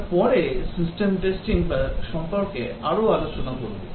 আমরা পরে সিস্টেম পরীক্ষা সম্পর্কে আরও আলোচনা করব